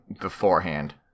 beforehand